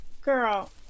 Girl